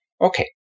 Okay